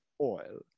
oil